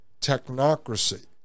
technocracy